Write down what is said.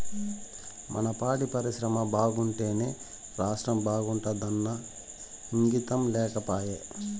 మన పాడి పరిశ్రమ బాగుంటేనే రాష్ట్రం బాగుంటాదన్న ఇంగితం లేకపాయే